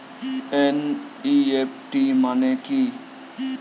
NEFT মনে কি?